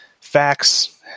facts